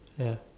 ya